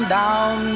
down